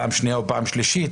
פעם שנייה או פעם שלישית,